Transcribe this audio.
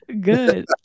Good